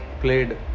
played